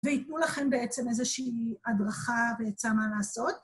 ויתנו לכם בעצם איזושהי הדרכה בעצה מה לעשות.